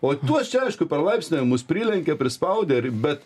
o tuose aišku per laipsniuje mus prilenkė prispaudė ir bet